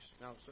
Now